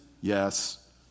Yes